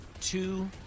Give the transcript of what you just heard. Two